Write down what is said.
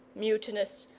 mutinous,